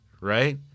right